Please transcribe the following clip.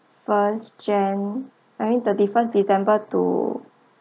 first jan~ thirty first december to